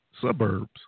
suburbs